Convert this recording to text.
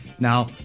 Now